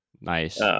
Nice